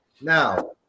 Now